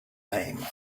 name